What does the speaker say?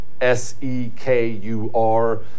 S-E-K-U-R